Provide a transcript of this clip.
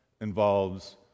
involves